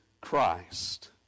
Christ